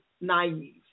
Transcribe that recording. naive